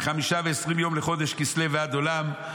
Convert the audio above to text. מחמישה ועשרים יום לחודש כסלו ועד עולם.